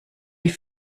die